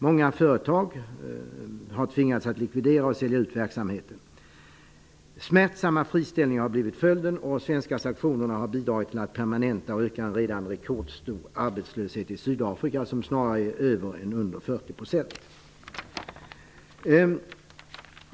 Många företag har tvingats likvidera och sälja ut verksamheten. Smärtsamma friställningar har blivit följden. De svenska sanktionerna har bidragit till att en redan rekordstor arbetslöshet i Sydafrika permanentats eller ökats. Arbetslösheten där är snarare över än under 40 %.